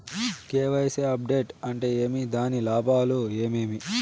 KYC update అంటే ఏమి? దాని లాభాలు ఏమేమి?